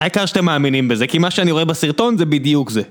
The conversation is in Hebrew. העיקר שאתם מאמינים בזה, כי מה שאני רואה בסרטון זה בדיוק זה